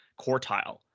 quartile